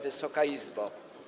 Wysoka Izbo!